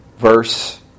Verse